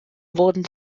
wurden